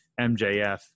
MJF